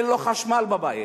אין לו חשמל בבית,